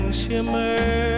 shimmer